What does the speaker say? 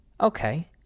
okay